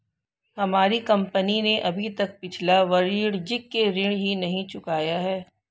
हमारी कंपनी ने अभी तक पिछला वाणिज्यिक ऋण ही नहीं चुकाया है